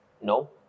No